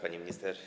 Pani Minister!